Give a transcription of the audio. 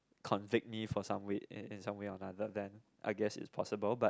convict me for somewhere in somewhere or other then I guess is possible but